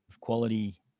quality